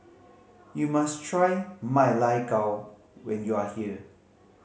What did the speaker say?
you must try Ma Lai Gao when you are here